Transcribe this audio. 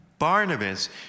Barnabas